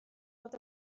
bod